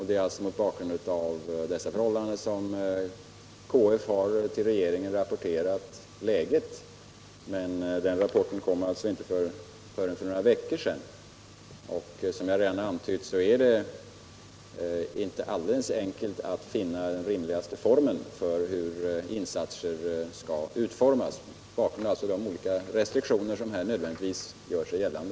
Det är mot bakgrund av dessa förhållanden som KF till regeringen har rapporterat läget, men den rapporten kom alltså inte förrän för några veckor sedan. Som jag redan har antytt är det inte så enkelt att finna den rimligaste formen för hur insatser skall utformas, mot bakgrund av de olika restriktioner som här nödvändigtvis gör sig gällande.